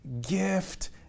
gift